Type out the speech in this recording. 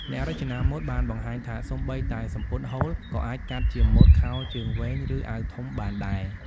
អ្នករចនាម៉ូដបានបង្ហាញថា សូម្បីតែសំពត់ហូលក៏អាចកាត់ជាម៉ូដខោជើងវែង ឬអាវធំបានដែរ។